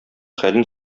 хәлен